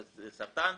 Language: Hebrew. קצת סרטן,